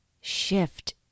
shift